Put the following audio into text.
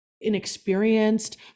inexperienced